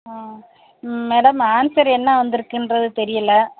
ஆ ம் madam answer என்ன வந்துருக்குன்றது தெரியல